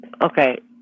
Okay